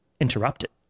interrupted